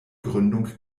gründung